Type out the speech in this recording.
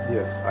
Yes